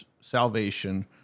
salvation